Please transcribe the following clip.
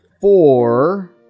four